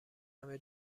همه